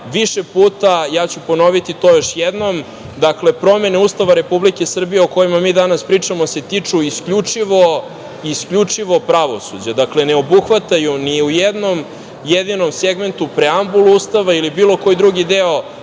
više puta, ja ću ponoviti to još jednom, dakle, promene Ustava Republike Srbije, o kojima mi danas pričamo, se tiču isključivo pravosuđa. Dakle, ne obuhvataju ni u jednom jedinom segmentu preambulu Ustava ili bilo koji drugi deo,